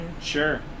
Sure